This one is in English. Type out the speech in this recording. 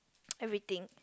everything